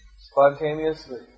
spontaneously